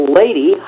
lady